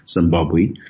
Zimbabwe